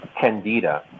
candida